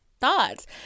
thoughts